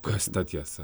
kas ta tiesa